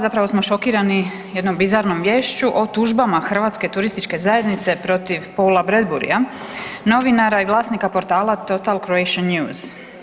Zapravo smo šokirani jednom bizarnom viješću o tužbama Hrvatske turističke zajednice protiv Paula Bradburyja, novinara i vlasnika portala Total Croatia News.